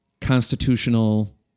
constitutional